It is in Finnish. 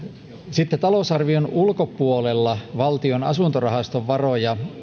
sitten talousarvion ulkopuolella valtion asuntorahaston varoja